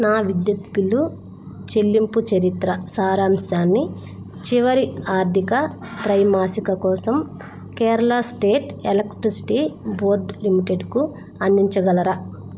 నా విద్యుత్ బిల్లు చెల్లింపు చరిత్ర సారాంశాన్ని చివరి ఆర్థిక త్రైమాసిక కోసం కేరళ స్టేట్ ఎలెక్ట్రిసిటి బోర్డ్ లిమిటెడ్కు అందించగలరా